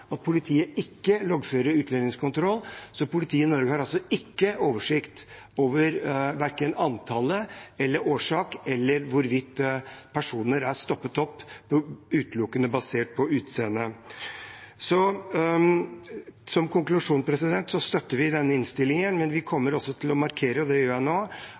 at politiet ikke loggfører utlendingskontroll. Politiet i Norge har altså ikke oversikt over verken antallet, årsaken eller hvorvidt personer er stoppet utelukkende basert på utseende. Som konklusjon støtter vi denne innstillingen, men vi kommer også til å markere – og det gjør